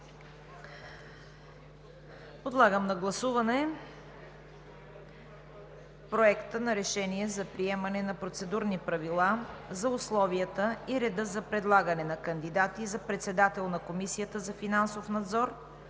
Подлагам на гласуване Проекта на решение за приемане на Процедурни правила за условията и реда за предлагане на кандидати за председател на Комисията за финансов надзор,